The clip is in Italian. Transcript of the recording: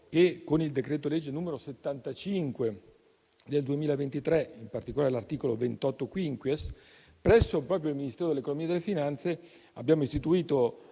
che, con il decreto-legge n. 75 del 2023, in particolare l'articolo 28-*quinquies*, proprio presso il Ministero dell'economia e delle finanze abbiamo istituito